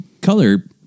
color